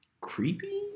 creepy